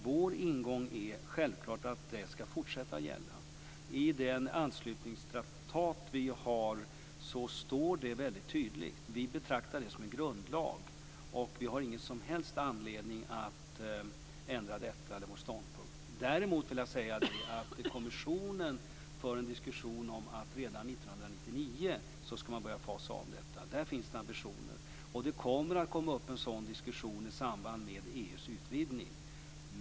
Vår inställning är att detta skall fortsätta att gälla. I anslutningstraktaten - som vi betraktar som en grundlag - står detta tydligt. Det finns ingen som helst anledning att ändra vår ståndpunkt. Kommissionen för en diskussion om att redan 1999 påbörja en avfasning. Där finns det ambitioner. Det kommer att bli en sådan diskussion i samband med utvidgningen av EU.